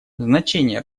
значение